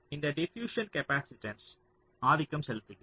அந்த diffusion capacitance ஆதிக்கம் செலுத்துகிறது